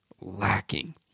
lacking